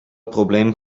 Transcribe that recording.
probleem